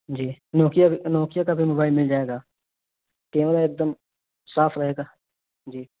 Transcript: جی Nokia بھی Nokia کا بھی موبائل مل جائے گا کیمرا ایک دم صاف رہے گا جی